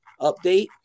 update